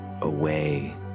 away